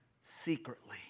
Secretly